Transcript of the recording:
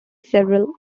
several